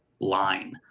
line